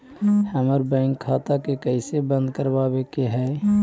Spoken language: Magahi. हमर बैंक खाता के कैसे बंद करबाबे के है?